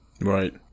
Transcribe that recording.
Right